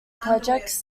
projects